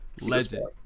Legend